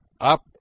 up